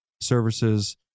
services